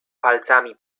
palcami